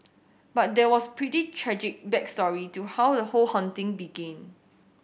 but there was pretty tragic back story to how the whole haunting began